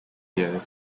years